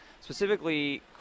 specifically